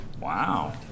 wow